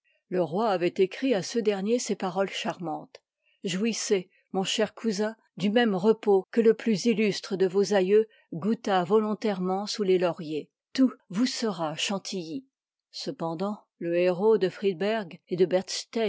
le roi avôit écrit e dernier ces paroles charmantes jouissez mon cher cousin du même repos que y le plus illustre de vos aïeux goûta volontairement sous les lauriers tout vous sera chantilly cependant le héros de friedherg et de